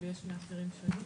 יש מאסדרים שונים.